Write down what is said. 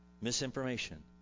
misinformation